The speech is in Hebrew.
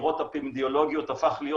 וחקירות אפידמיולוגיות הפך להיות